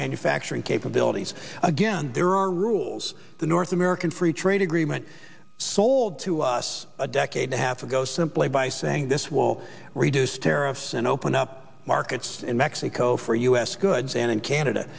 manufacturing capabilities again there are rules the north american free trade agreement sold to us a decade a half ago simply by saying this will reduce tariffs and open up markets in mexico for u s goods and in canada